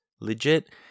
legit